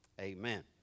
amen